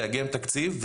תאגם תקציב,